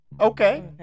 Okay